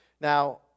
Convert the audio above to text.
Now